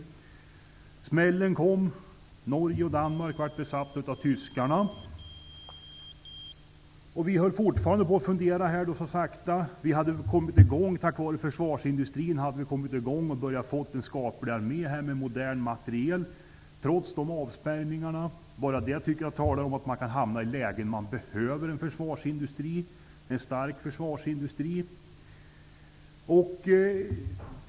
Smällen kom. Norge och Danmark besattes av tyskarna, och vi höll fortfarande på att fundera så sakta. Vi hade tack vare försvarsindustrin kommit i gång och börjat få en skaplig armé med modern materiel, trots avspärrningarna. Bara det tycker jag talar om att man kan hamna i lägen där man behöver en stark försvarsindustri.